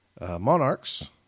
Monarchs